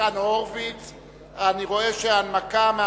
איסור ייבוא מוצרי קוסמטיקה וחומרי ניקוי שנוסו על בעלי-חיים),